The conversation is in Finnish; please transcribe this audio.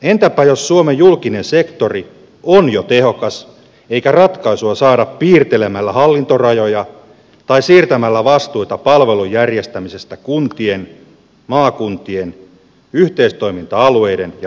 entäpä jos suomen julkinen sektori on jo tehokas eikä ratkaisua saada piirtelemällä hallintorajoja tai siirtämällä vastuita palvelujen järjestämisestä kuntien maakuntien yhteistoiminta alueiden ja valtion välillä